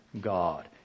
God